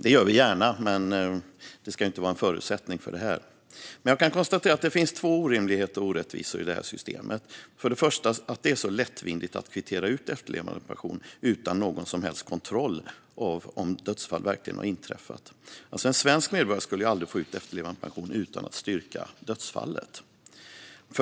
Det gör vi gärna, men det ska inte vara en förutsättning för detta. Jag kan konstatera att det finns två orimligheter och orättvisor i detta system. Den första är att det är så lätt att kvittera ut efterlevandepension utan någon som helst kontroll av om dödsfall verkligen har inträffat. En svensk medborgare skulle ju aldrig få ut efterlevandepension utan att styrka dödsfallet.